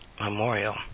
memorial